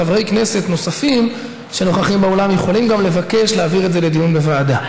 חברי כנסת נוספים שנוכחים באולם יכולים לבקש להעביר את זה לדיון בוועדה.